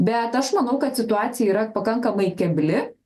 bet aš manau kad situacija yra pakankamai kebli